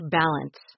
balance